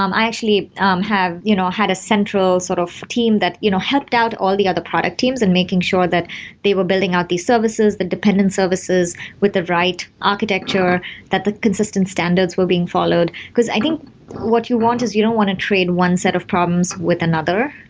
um i actually um have you know had a central sort of team that you know helped out all the other product teams and making sure that they were building out these services, the dependent services with the right architecture that the consistent standards were being followed, because i think what you want is you don't want to trade one set of problems with another.